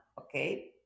okay